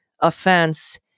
offense